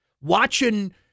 watching –